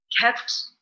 kept